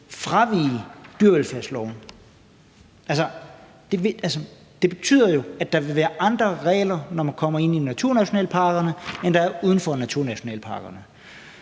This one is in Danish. fravige dyrevelfærdsloven. Det betyder jo, at der vil være andre regler, når man kommer ind i naturnationalparkerne, end der er uden for naturnationalparkerne.